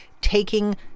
taking